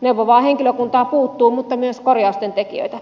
neuvovaa henkilökuntaa puuttuu mutta myös korjausten tekijöitä